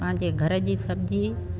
पंहिंजे घर जी सब्जी